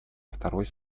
второй